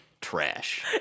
trash